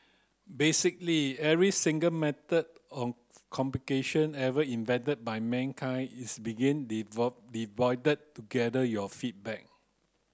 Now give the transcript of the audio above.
basically every single method of communication ever invented by mankind is begin deployed to gather your feedback